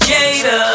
Jada